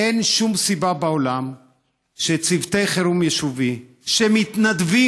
אין שום סיבה בעולם שצוותי חירום יישובי שמתנדבים,